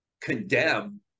condemn